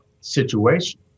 situation